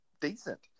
decent